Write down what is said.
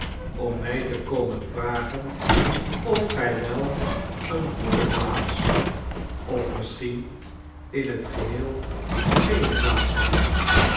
om mij te komen vragen of gij wel eene goede plaats of misschien in het geheel geene plaats hadt